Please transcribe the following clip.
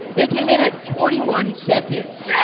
they came in at twenty one seconds. yeah!